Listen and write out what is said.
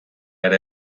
ere